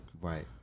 right